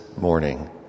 morning